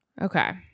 Okay